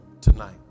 tonight